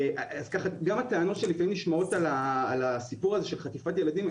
גם הטענות שלפעמים נשמעות על הסיפור הזה של חטיפת ילדים,